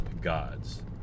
Gods